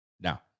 Now